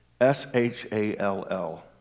S-H-A-L-L